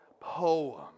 Poem